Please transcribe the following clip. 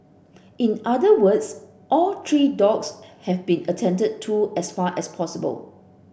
in other words all three dogs have been attended to as far as possible